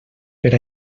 per